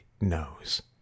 knows